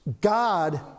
God